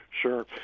Sure